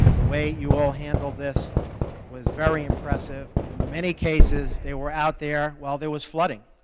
the way you all handled this was very impressive. in many cases they were out there while there was flooding.